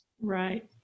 Right